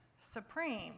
supreme